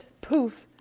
poof